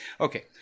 Okay